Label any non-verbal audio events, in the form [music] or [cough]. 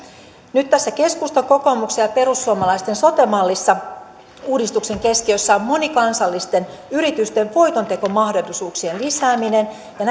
nyt tässä keskustan kokoomuksen ja perussuomalaisten sote mallissa uudistuksen keskiössä on monikansallisten yritysten voitontekomahdollisuuksien lisääminen ja [unintelligible]